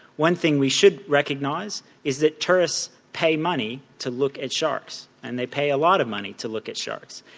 one thing we should recognise is that tourist pay money to look at sharks and they pay a lot of money to look at sharks,